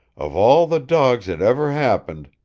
of all the dawgs that ever happened,